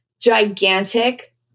gigantic